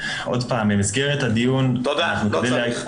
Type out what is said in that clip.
עוד פעם במסגרת הדיון --- תודה, לא צריך.